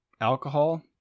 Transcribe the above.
alcohol